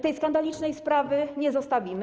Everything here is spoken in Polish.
Tej skandalicznej sprawy nie zostawimy.